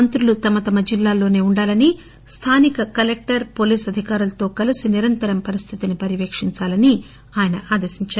మంత్రులు తమ జిల్లాల్లోనే ఉండాలని స్థానిక కలెక్టర్ పోలీస్ అధికారులతో కలీసి నిరంతరం పరిస్టితిని పర్యవేక్షించాలని ఆదేశించారు